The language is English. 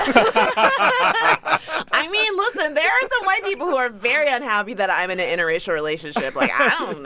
i mean, listen. there are some white people who are very unhappy that i am in an interracial relationship. like,